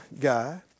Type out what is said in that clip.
guy